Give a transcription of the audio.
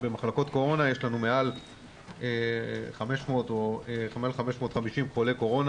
במחלקות קורונה יש לנו מעל 550 חולי קורונה